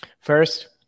First –